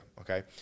okay